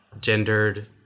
gendered